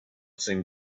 seemed